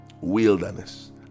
wilderness